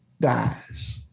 dies